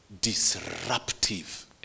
disruptive